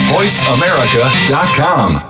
VoiceAmerica.com